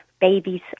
babies